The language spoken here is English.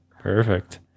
Perfect